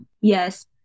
Yes